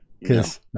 Yes